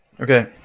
okay